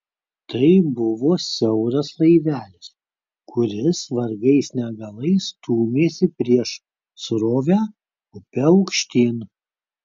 tai buvo siauras laivelis kuris vargais negalais stūmėsi prieš srovę upe aukštyn